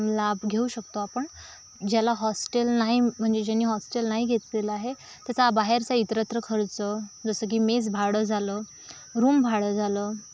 लाभ घेऊ शकतो आपण ज्याला हॉस्टेल नाही म्हणजे ज्यांनी हॉस्टेल नाही घेतलेलं आहे त्याचा बाहेरचा इतरत्र खर्च जसं की मेस भाडं झालं रूमभाडं झालं